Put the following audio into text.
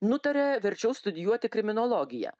nutarė verčiau studijuoti kriminologiją